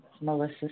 Melissa